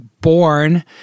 born